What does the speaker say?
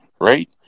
Right